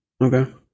Okay